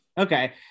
Okay